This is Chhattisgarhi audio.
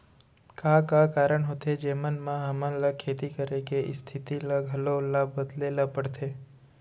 का का कारण होथे जेमन मा हमन ला खेती करे के स्तिथि ला घलो ला बदले ला पड़थे?